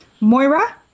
moira